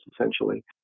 essentially